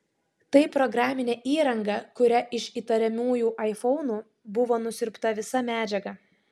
tai programinė įranga kuria iš įtariamųjų aifonų buvo nusiurbta visa medžiaga